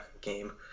game